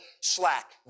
slack